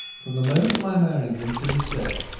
from the moment of my marrying him till his death,